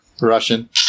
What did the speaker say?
Russian